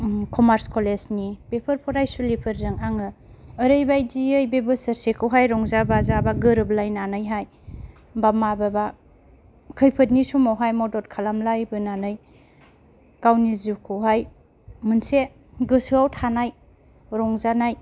commerce college नि बेफोर फरायसुलिफोरजों आङो ओरैबायदियै बे बोसोरसेखौहाय रंजा बाजा बा गोरोबलायनानैहाय बा माबेबा खैफोदनि समावहाय मदद खालामलायबोनानै गावनि जिउखौहाय मोनसे गोसोआव थानाय रंजानाय